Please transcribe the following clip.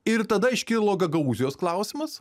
ir tada iškilo gagaūzijos klausimas